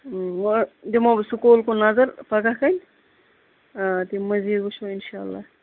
وۄنۍ دِمو سکوٗل کُن نظر پَگاہ تام تَمہِ مَزیٖد وٕچھو اِنشاء اللہ